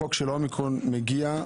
החוק של האומיקרון מגיע,